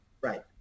right